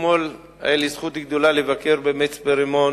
אתמול היתה לי זכות גדולה לבקר במצפה-רמון